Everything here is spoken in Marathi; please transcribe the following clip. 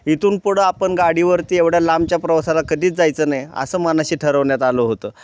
इथून पुढं आपण गाडीवरती एवढ्या लांबच्या प्रवासाला कधीच जायचं नाही असं मनाशी ठरवण्यात आलं होतं